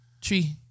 Tree